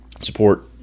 support